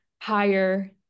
higher